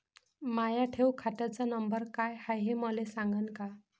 माया ठेव खात्याचा नंबर काय हाय हे मले सांगान का?